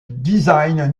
design